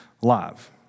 live